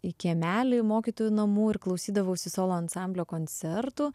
į kiemelį mokytojų namų ir klausydavausi solo ansamblio koncertų